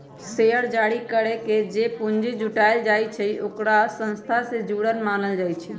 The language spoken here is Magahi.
शेयर जारी करके जे पूंजी जुटाएल जाई छई ओकरा संस्था से जुरल मानल जाई छई